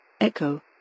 Echo